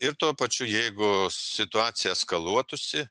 ir tuo pačiu jeigu situacija eskaluotųsi